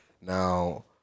Now